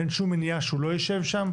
אין שום מניעה שהוא לא ישב שם.